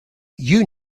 you